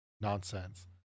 Nonsense